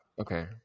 Okay